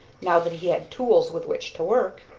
now that he had tools with which to work.